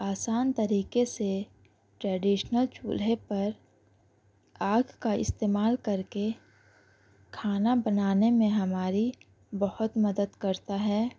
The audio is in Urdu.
آسان طریقے سے ٹریڈیشنل چولہے پر آگ کا استعمال کر کے کھانا بنانے میں ہماری بہت مدد کرتا ہے